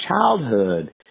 childhood